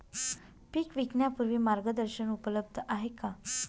पीक विकण्यापूर्वी मार्गदर्शन उपलब्ध आहे का?